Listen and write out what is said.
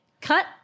Cut